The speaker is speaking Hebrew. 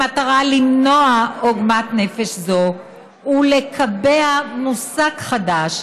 במטרה למנוע עוגמת נפש זו ולקבע מושג חדש,